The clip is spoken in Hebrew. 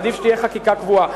עדיף שתהיה חקיקה קבועה.